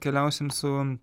keliausime su